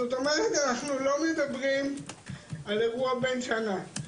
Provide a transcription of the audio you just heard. זאת אומרת אנחנו לא מדברים על אירוע בן שנה,